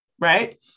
right